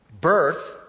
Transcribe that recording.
birth